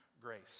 grace